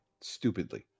stupidly